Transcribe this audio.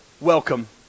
Welcome